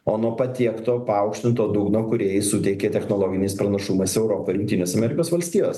o nuo patiekto paaukštinto dugno kurį jai suteikė technologiniais pranašumais europa ir jungtinės amerikos valstijos